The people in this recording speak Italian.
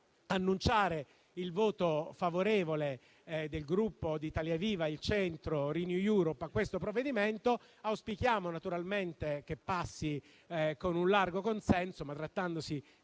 annunciare il voto favorevole del Gruppo di Italia Viva-Il Centro-Renew Europe a questo provvedimento. Auspichiamo, naturalmente, che passi con un largo consenso, ma trattandosi